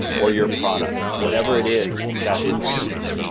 or your product. whatever it is, that's what it should be.